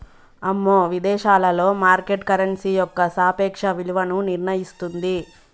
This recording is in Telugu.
అమ్మో విదేశాలలో మార్కెట్ కరెన్సీ యొక్క సాపేక్ష విలువను నిర్ణయిస్తుంది